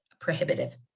prohibitive